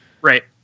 Right